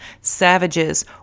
savages